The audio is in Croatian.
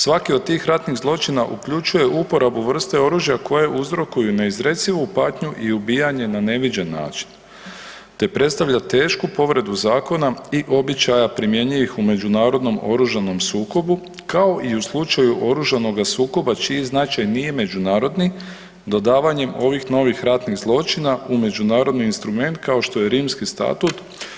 Svaki od tih ratnih zločina uključuje uporabu vrste oružja koje uzrokuju neizrecivu patnju i ubijanje na neviđen način te predstavlja tešku povredu zakona i običaja primjenjivih u međunarodnom oružanom sukobu kao i u slučaju oružanoga sukoba čiji značaj nije međunarodni dodavanjem ovih novih ratnih zločina u međunarodni instrument kao što je Rimski statut.